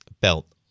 belt